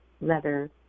leather